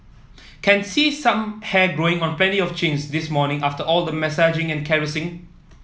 can see some hair growing on plenty of chins this morning after all the massaging and caressing